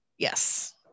Yes